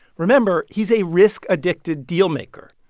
remember he's a risk-addicted deal-maker.